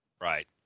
Right